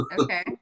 Okay